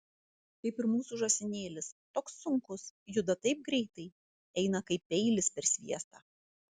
kaip ir mūsų žąsinėlis toks sunkus juda taip greitai eina kaip peilis per sviestą